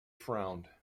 frowned